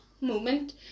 moment